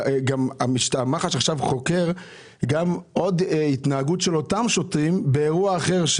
מח"ש עכשיו חוקר עוד התנהגות של אותם שוטרים באירוע אחר.